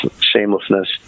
shamelessness